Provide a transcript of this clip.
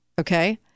Okay